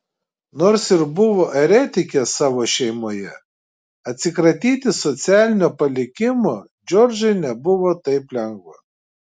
nors ir buvo eretikė savo šeimoje atsikratyti socialinio palikimo džordžai nebuvo taip lengva